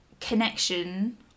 connection